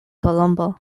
kolombo